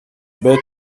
bit